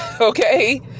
okay